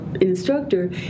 instructor